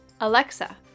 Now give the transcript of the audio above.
Alexa